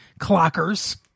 Clockers